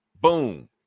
Boom